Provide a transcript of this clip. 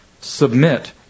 submit